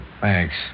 Thanks